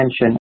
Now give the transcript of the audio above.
attention